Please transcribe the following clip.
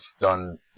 done